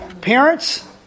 Parents